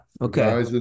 Okay